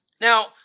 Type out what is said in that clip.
Now